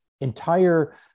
entire